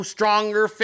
Stronger